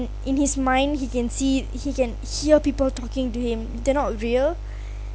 in his mind he can see he can hear people talking to him they're not real